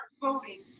voting